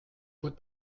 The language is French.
coûte